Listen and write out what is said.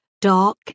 dark